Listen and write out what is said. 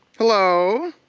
hello,